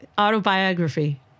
Autobiography